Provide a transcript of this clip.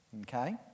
Okay